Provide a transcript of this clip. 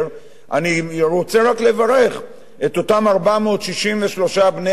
אני רוצה רק לברך את אותם 463 בני המגזר